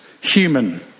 human